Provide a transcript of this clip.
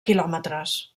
quilòmetres